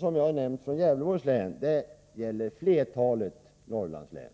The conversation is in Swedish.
förhållanden som i Gävleborgs län råder i flertalet Norrlandslän.